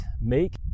make